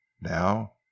Now